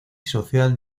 social